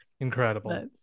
incredible